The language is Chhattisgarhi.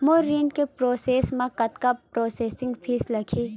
मोर ऋण के प्रोसेस म कतका प्रोसेसिंग फीस लगही?